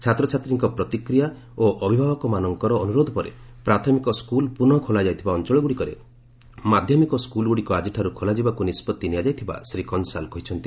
ଛାତ୍ରଛାତ୍ରୀଙ୍କ ପ୍ରତିକ୍ରିୟା ଓ ଅଭିଭାବକମାନଙ୍କର ଅନୁରୋଧ ପରେ ପ୍ରାଥମିକ ସ୍କୁଲ୍ ପୁନଃ ଖୋଲାଯାଇଥିବା ଅଞ୍ଚଳଗୁଡ଼ିକରେ ମାଧ୍ୟମିକ ସ୍କୁଲ୍ଗୁଡ଼ିକ ଆକ୍ରିଠାରୁ ଖୋଲାଯିବାକୁ ନିଷ୍ପଭି ନିଆଯାଇଥିବା ଶ୍ରୀ କନ୍ସାଲ କହିଛନ୍ତି